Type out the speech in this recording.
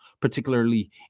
particularly